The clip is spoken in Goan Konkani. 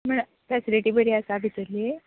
म्हणल्यार फेसेलीटी बरी आसा भितरली